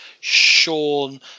Sean